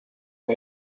der